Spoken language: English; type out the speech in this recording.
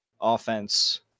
offense